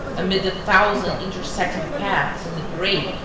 amid the thousand intersecting paths in the great,